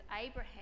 Abraham